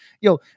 Yo